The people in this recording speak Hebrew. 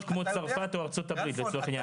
כמו צרפת או ארצות הברית לצורך העניין.